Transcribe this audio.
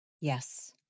Yes